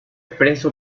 preso